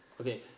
Okay